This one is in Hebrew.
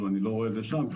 אני לא רואה את זה שם.